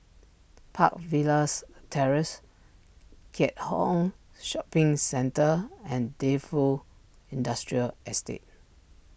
Park Villas Terrace Keat Hong Shopping Centre and Defu Industrial Estate